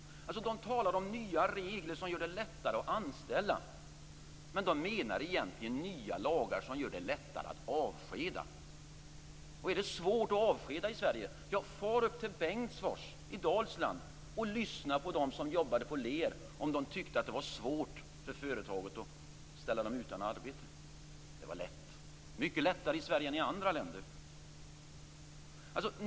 De talar om nya regler som gör det lättare att anställa, men de menar egentligen nya lagar som gör det lättare att avskeda. Är det svårt att avskeda i Sverige? Ja, far upp till Bengtsfors i Dalsland och lyssna på dem som jobbade på Lear om de tyckte att det var svårt för företaget att ställa dem utan arbete. Det var lätt. Det är mycket lättare i Sverige än i andra länder.